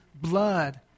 blood